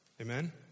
Amen